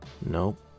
Nope